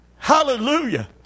Hallelujah